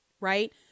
Right